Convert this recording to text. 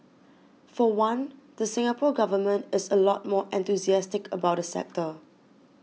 for one the Singapore Government is a lot more enthusiastic about the sector